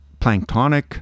planktonic